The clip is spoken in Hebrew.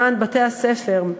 למען בתי-הספר.